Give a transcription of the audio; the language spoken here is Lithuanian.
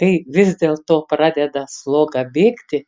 kai vis dėlto pradeda sloga bėgti